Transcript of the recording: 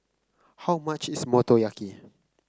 how much is Motoyaki